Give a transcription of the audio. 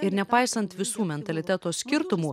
ir nepaisant visų mentaliteto skirtumų